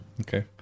Okay